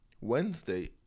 Wednesday